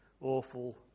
awful